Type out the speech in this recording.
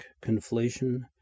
conflation